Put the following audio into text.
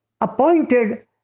appointed